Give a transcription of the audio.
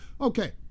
Okay